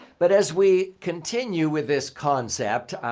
but as we continue with this concept,